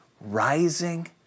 rising